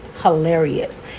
hilarious